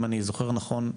אם אני זוכר נכון,